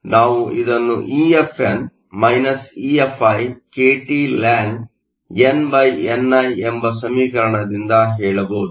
ಆದ್ದರಿಂದ ನಾವು ಇದನ್ನು EFn EFi kT ln nni ಎಂಬ ಸಮೀಕರಣದಿಂದ ಹೇಳಬಹುದು